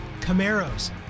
Camaros